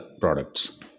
products